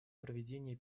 проведения